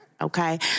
okay